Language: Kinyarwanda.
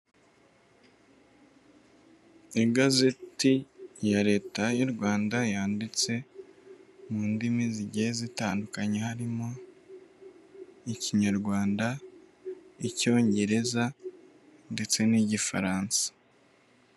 Igazeti ya leta y'u Rwanda yanditse mu ndimi zigiye zitandukanye, harimo ikinyarwanda, icyongereza ndetse n'igifaransa.